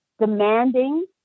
demanding